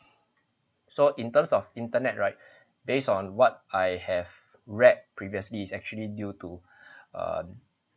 so in terms of internet right based on what I have read previously is actually due to a